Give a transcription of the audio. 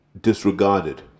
disregarded